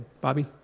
Bobby